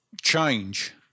change